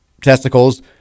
testicles